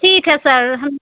ठीक है सर हम